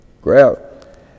grab